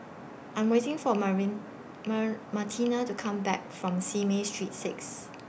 I'm waiting For Marin Mar Martina to Come Back from Simei Street six